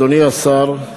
אדוני השר,